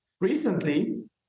Recently